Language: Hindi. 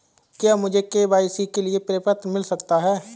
क्या मुझे के.वाई.सी के लिए प्रपत्र मिल सकता है?